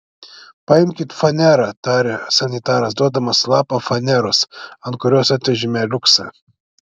paimkit fanerą tarė sanitaras duodamas lapą faneros ant kurios atvežėme liuksą